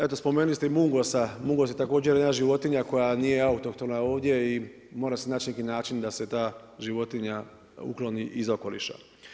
Eto spomenuli ste i mungosa, mungos je također jedna životinja koja nije autohtona ovdje i mora se nać neki način da se ta životinja ukloni iz okoliša.